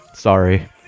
Sorry